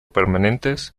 permanentes